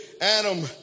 Adam